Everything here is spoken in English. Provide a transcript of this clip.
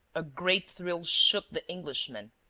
a great thrill shook the englishman.